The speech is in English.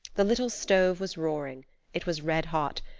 the little stove was roaring it was red-hot,